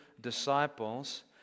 disciples